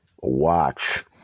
watch